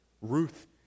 Ruth